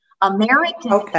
American